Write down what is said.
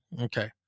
Okay